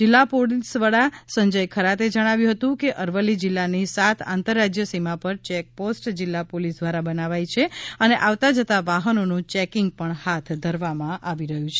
જિલ્લા પોલિસ વડા સંજય ખરાતે જણાવ્યું હતું કે અરવલ્લી જિલ્લાની સાત આંતરરાજ્ય સીમા પર ચેક પોસ્ટ જિલ્લા પોલિસ દ્વારા બનાવાઈ છે અને આવતા જતાં વાહનોનું ચેકિંગ પણ હાથ ધરવામાં આવી રહ્યું છે